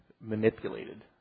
manipulated